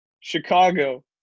Chicago